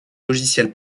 logiciels